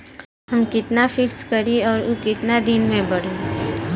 हम कितना फिक्स करी और ऊ कितना दिन में बड़ी?